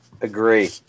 Agree